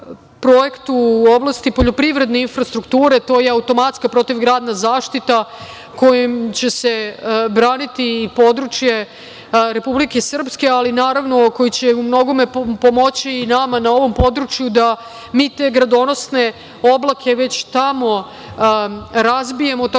u oblasti poljoprivredne infrastrukture. To je automatska protivgradna zaštita kojom će se braniti i područje Republike Srpske, ali koje će u mnogome pomoći i nama na ovom području da mi te gradonosne oblake već tamo razbijemo, tako